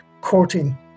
courting